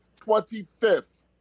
25th